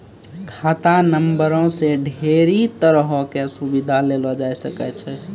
खाता नंबरो से ढेरी तरहो के सुविधा लेलो जाय सकै छै